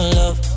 love